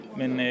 men